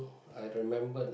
I remembered